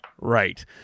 Right